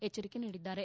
ಎಚ್ಚರಿಕೆ ನೀಡಿದ್ದಾರೆ